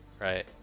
right